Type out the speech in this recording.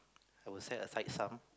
I would set aside some